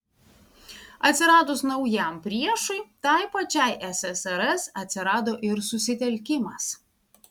atsiradus naujam priešui tai pačiai ssrs atsirado ir susitelkimas